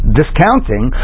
discounting